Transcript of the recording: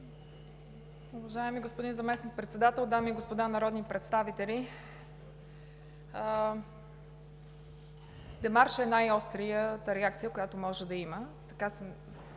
Уважаеми господин Заместник-председател, дами и господа народни представители! Демаршът е най-острата реакция, която може да има